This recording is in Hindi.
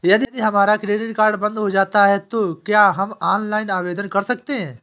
यदि हमारा क्रेडिट कार्ड बंद हो जाता है तो क्या हम ऑनलाइन आवेदन कर सकते हैं?